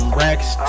racks